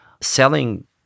selling